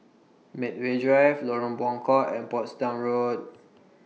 Medway Drive Lorong Buangkok and Portsdown Road